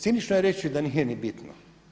Cinično je reći da nije ni bitno.